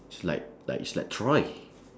it's like like it's like troy